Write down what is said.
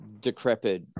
decrepit